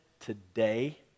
today